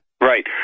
Right